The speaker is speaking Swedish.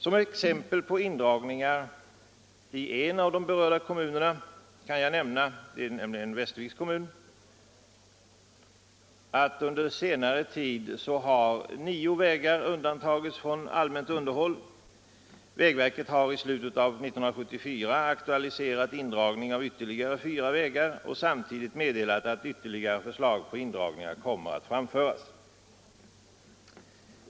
Som exempel på indragningar i en av de berörda kommunerna, Västerviks kommun, kan jag nämna att under senare tid har nio vägar undantagits från allmänt underhåll. Vägverket aktualiserade i slutet av 1974 indragning av underhållet för ytterligare fyra vägar och meddelade samtidigt att ytterligare förslag om indragning av vägunderhåll kommer att framföras.